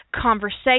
conversation